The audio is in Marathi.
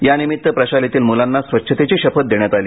यानिमित्त प्रशालेतील मुलांना स्वच्छतेची शपथ देण्यात आली